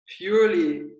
purely